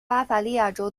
巴伐利亚州